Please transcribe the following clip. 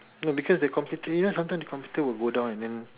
no because the computer sometimes the computer will go down and then